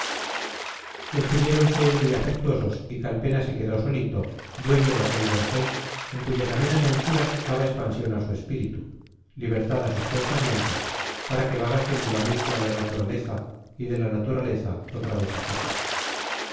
caro despidiéronse muy afectuosos y calpena se quedó solito dueño de aquel vergel en cuyas amenas anchuras daba expansión a su espíritu libertad a sus pensamientos para que vagasen de la mente a la naturaleza y de la naturaleza otra vez a casa